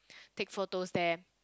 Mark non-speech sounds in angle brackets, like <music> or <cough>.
<breath> take photos there